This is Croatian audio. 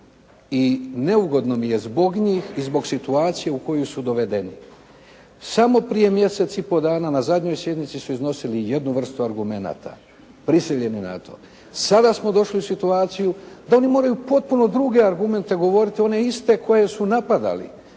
i neugodno mi je zbog njih i zbog situacije u koju su dovedeni. Samo prije mjesec i pol dana na zadnjoj sjednici su iznosili vrstu argumenata prisiljeni na to. Sada smo došli u situaciju da oni moraju potpuno druge argumente govoriti, one iste koje su napadali.